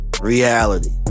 reality